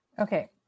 Okay